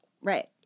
Right